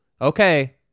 okay